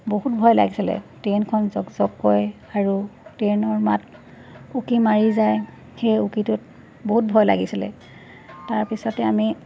বহুত ভয় লাগিছিলে ট্ৰেইনখন জক জক কয় আৰু ট্ৰেইনৰ মাত উকি মাৰি যায় সেই উকিটোত বহুত ভয় লাগিছিলে তাৰপিছতে আমি